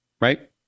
Right